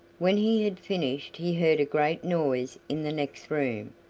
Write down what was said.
when he had finished he heard a great noise in the next room,